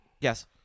Yes